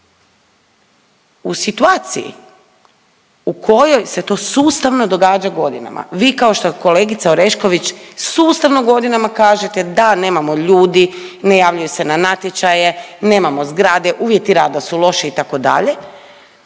u situaciji u kojoj se to sustavno događa godinama. Vi kao što kolegica Orešković sustavno godinama kažete da nemamo ljudi, ne javljaju se na natječaje, nemamo zgrade, uvjeti rada su loši itd.